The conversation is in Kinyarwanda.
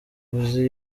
uzi